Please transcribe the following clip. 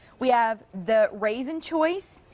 we have the raisin choice,